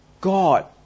God